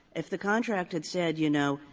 if the contract had said, you know,